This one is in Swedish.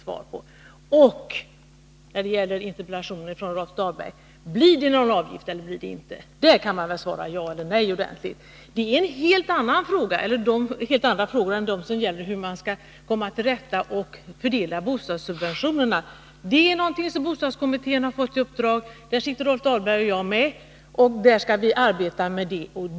I anslutning till interpellationen av Rolf Dahlberg var frågan: Blir det någon avgift eller blir det inte någon avgift? Den frågan kan man väl svara ja eller nej på. Detta är helt andra frågor än de som gäller hur man skall fördela bostadssubventionerna som bostadskommittén har fått i uppdrag att utreda. I den utredningen sitter Rolf Dahlberg och jag med, och där skall vi arbeta med den frågan.